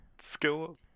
skill